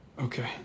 Okay